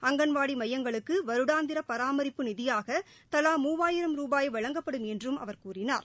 அங்கன்வாடிமையங்களுக்குவருடாந்திரபராமரிப்பு நிதியாகதவா மூவாயிரம் ரூபாய் வழங்கப்படும் என்றும் அவர் கூறினார்